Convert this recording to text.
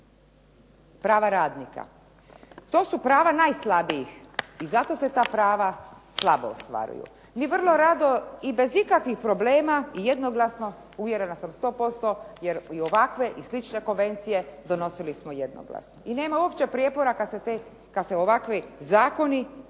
prava radnika. To su prava najslabijih i zato se ta prava slabo ostvaruju. Mi vrlo rado i bez ikakvih problema i jednoglasno uvjerena sam sto posto jer ovakve i slične konvencije donosili smo jednoglasno. I nema uopće prijepora kad se ovakvi zakoni